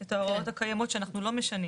את ההוראות הקיימות שאנחנו לא משנים.